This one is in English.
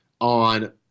on